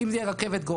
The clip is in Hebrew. אם זו תהיה רכבת גורל,